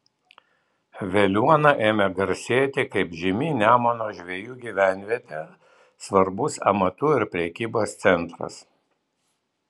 veliuona ėmė garsėti kaip žymi nemuno žvejų gyvenvietė svarbus amatų ir prekybos centras